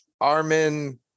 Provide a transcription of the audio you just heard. armin